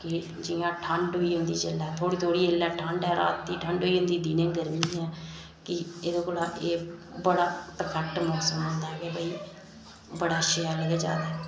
कि जियां ठंड होई जंदी थोह्ड़ी थोह्ड़ी जेल्लै रातीं ठंड होई जंदी दिनें गर्मी ऐ कि एह्दे कोला एह् बड़ा परफैक्ट मौसम होंदा बड़ा शैल गै जादै